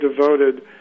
devoted